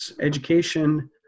education